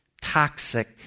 toxic